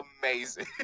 amazing